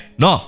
no